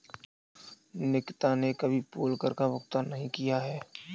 निकिता ने कभी पोल कर का भुगतान नहीं किया है